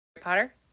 Potter